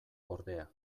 ordea